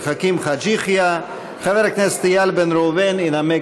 הצעת חוק העסקת עובדים על ידי קבלני כוח אדם (תיקון,